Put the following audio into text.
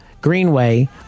greenway